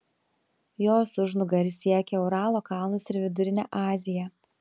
jos užnugaris siekia uralo kalnus ir vidurinę aziją